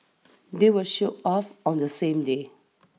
they were shipped off on the same day